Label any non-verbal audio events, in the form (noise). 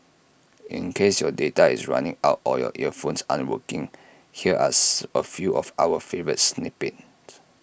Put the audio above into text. in case your data is running out or your earphones aren't working here are (unintelligible) A few of our favourite snippets